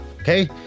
okay